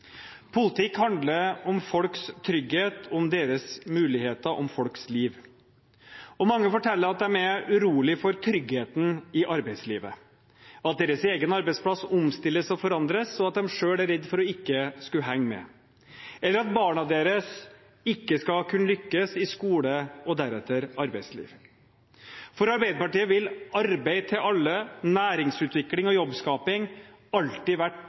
Politikk handler om folks trygghet, om deres muligheter, om folks liv. Mange forteller at de er urolige for tryggheten i arbeidslivet, at deres egen arbeidsplass omstilles og forandres, og at de selv er redde for ikke å henge med eller for at barna deres ikke skal lykkes i skole og deretter arbeidsliv. For Arbeiderpartiet vil arbeid til alle, næringsutvikling og jobbskaping alltid